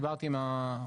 דיברתי עם ה-,